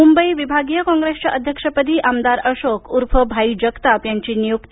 मूंबई विभागीय काँग्रेसच्या अध्यक्षपदी आमदार अशोक उर्फ भाई जगताप यांची निय्क्ती